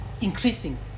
increasing